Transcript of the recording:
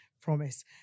Promise